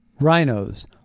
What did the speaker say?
rhinos